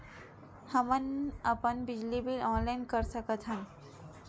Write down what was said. हमन अपन बिजली बिल ऑनलाइन कर सकत हन?